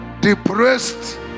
depressed